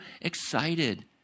excited